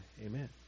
Amen